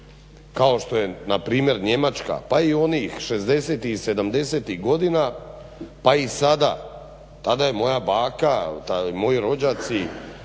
kao što je npr. Njemačka pa i onih '60-ih i '70-ih godina pa i sada. Tada je moja baka, moji rođaci,